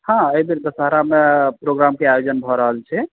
हँ एहीबेर दशहरा मे प्रोग्राम के आयोजन भऽ रहल छै